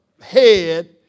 head